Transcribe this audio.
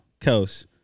Kels